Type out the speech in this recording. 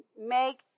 make